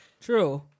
true